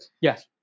Yes